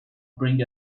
bring